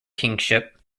kingship